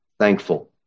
Thankful